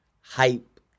hype